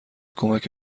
کمک